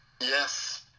Yes